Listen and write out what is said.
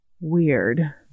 weird